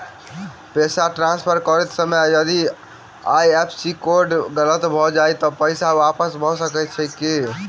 पैसा ट्रान्सफर करैत समय यदि आई.एफ.एस.सी कोड गलत भऽ जाय तऽ पैसा वापस भऽ सकैत अछि की?